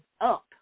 up